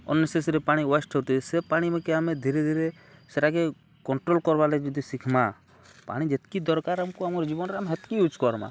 ଅନୁ ଶେଷରେ ପାଣି ୱେଷ୍ଟ ହଉଥେ ସେ ପାଣି ମୁଇଁ କେ ଆମେ ଧୀରେ ଧୀରେ ସେଇଟାକେ କଣ୍ଟ୍ରୋଲ କର୍ବାର୍ ଲାଗି ଯଦି ଶିଖମା ପାଣି ଯେତିକି ଦରକାର ଆମକୁ ଆମର ଜୀବନରେ ଆମେ ହେତିକି ୟୁଜ୍ କର୍ମା